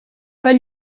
pas